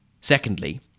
Secondly